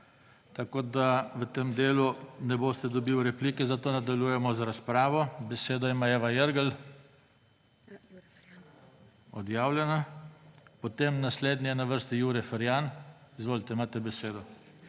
tako da v tem delu ne boste dobili replike. Zato nadaljujemo z razpravo. Besedo ima Eva Irgl. Odjavljena. Potem naslednji je na vrsti Jure Ferjan. Izvolite, imate besedo.